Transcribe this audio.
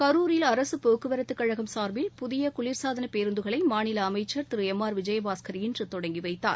கரூரில் அரசு போக்குவரத்துக் கழகம் சார்பில் புதிய குளிர்சாதன பேருந்துகளை மாநில அமைச்சா் திரு எம் ஆர் விஜயபாஸ்கர் இன்று தொடங்கி வைத்தார்